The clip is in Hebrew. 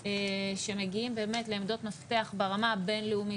שמגיעים באמת לעמדות מפתח ברמה הבין-לאומית,